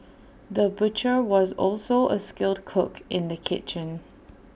the butcher was also A skilled cook in the kitchen